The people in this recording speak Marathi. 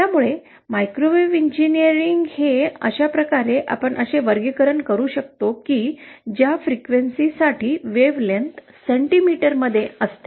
त्यामुळे मायक्रोवेव्ह इंजिनीअरिंग हे अशा प्रकारे आपण असे वर्गीकरण करू शकतो की ज्या फ्रिक्वेन्सीसाठी तरंगलांबी सेंटीमीटरमध्ये राहते